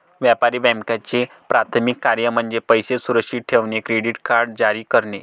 व्यापारी बँकांचे प्राथमिक कार्य म्हणजे पैसे सुरक्षित ठेवणे, क्रेडिट कार्ड जारी करणे इ